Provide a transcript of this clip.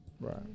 right